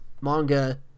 manga